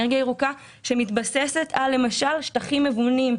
אנרגיה ירוקה שמתבססת למשל על שטחים מבונים,